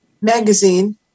magazine